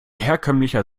herkömmlicher